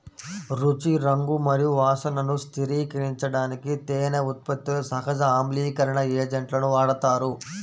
రుచి, రంగు మరియు వాసనను స్థిరీకరించడానికి తేనె ఉత్పత్తిలో సహజ ఆమ్లీకరణ ఏజెంట్లను వాడతారు